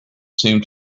seemed